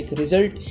result